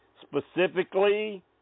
Specifically